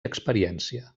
experiència